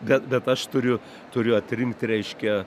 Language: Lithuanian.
bet bet aš turiu turiu atrinkt reiškia